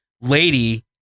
lady